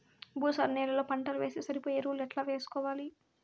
భూసార నేలలో పంటలు వేస్తే సరిపోయే ఎరువులు ఎట్లా వేసుకోవాలి?